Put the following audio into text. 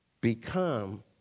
become